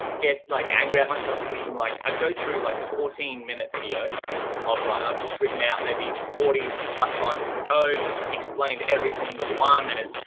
get like angry at myself because i'm like, i'd go through like fourteen minute video of like, i've just written out maybe forty plus lines of code explained every single one as,